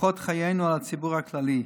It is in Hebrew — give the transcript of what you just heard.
אורחות חיינו על הציבור הכללי.